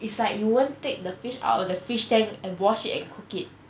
it's like you won't take the fish out of the fish tank and wash it and cook it